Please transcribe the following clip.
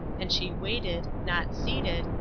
and she waited, not seated,